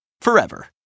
forever